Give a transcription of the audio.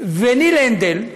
וניל הנדל,